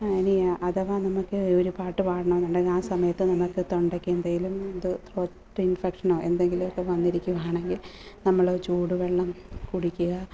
ഇനി അഥവാ നമുക്ക് പാട്ട് പാടണമെന്നുണ്ടെങ്കിൽ ആ സമയത്ത് നമ്മൾക്ക് തൊണ്ടക്ക് എന്തെങ്കിലും ഇത് ത്രോട്ട് ഇൻഫെക്ഷനോ എന്തേങ്കിലും ഒക്കെ വന്നിരിക്കുകയാണെങ്കിൽ നമ്മൾ ചൂടുവെള്ളം കുടിക്കുക